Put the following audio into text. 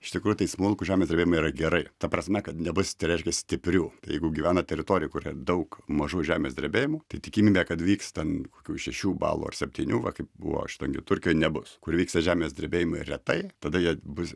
iš tikrųjų tai smulkūs žemės drebėjimai yra gerai ta prasme kad nebus tai reiškia stiprių tai jeigu gyvena teritorijoj kurioj daug mažų žemės drebėjimų tai tikimybė kad vyks ten kokių šešių balų ar septynių va kaip buvo aštuonių turkijoj nebus kur vyksta žemės drebėjimai retai tada jie bus